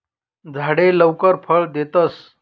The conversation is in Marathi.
झाडे लवकर फळ देतस